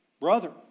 brother